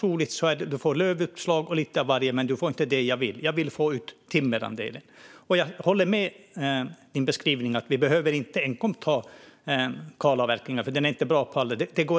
Troligtvis får jag lövuppslag och lite av varje, men jag får inte det jag vill. Jag vill få ut timmerandelen. Jag håller med om din beskrivning, Rebecka Le Moine - vi behöver inte enkom göra kalavverkningar.